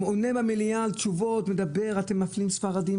הוא ענה במליאה תשובות: אתם מפלים ספרדים,